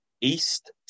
East